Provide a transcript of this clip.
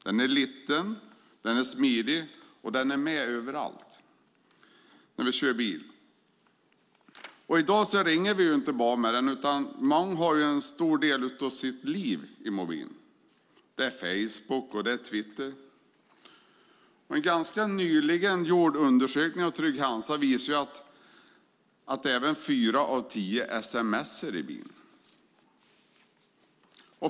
Den är liten och smidig, och den är med överallt när vi kör bil. I dag ringer vi inte bara med den, utan många har en stor del av sina liv i mobilen. Det är Facebook och Twitter. En ganska nyligen gjord undersökning av Trygg Hansa visar även att fyra av tio sms:ar i bilen.